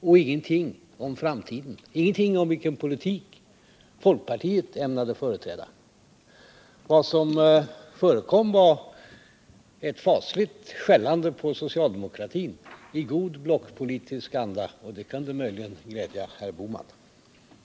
och ingenting om framtiden — ingenting om vilken politik folkpartiet ämnade företräda. Vad som förekom var ett fasligt skällande på socialdemokratin, i god blockpolitisk anda, och det kan möjligen glädja herr Bohman.